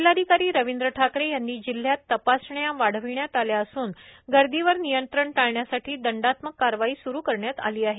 जिल्हाधिकारी रवींद्र ठाकरे यांनी जिल्ह्यात तपासण्या वाढविण्यात आल्या असून गर्दीवर नियंत्रण टाळण्यासाठी दंडात्मक कारवाई स्रु करण्यात आली आहे